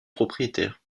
propriétaire